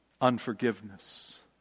unforgiveness